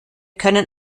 können